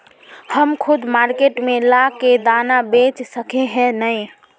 हम खुद मार्केट में ला के दाना बेच सके है नय?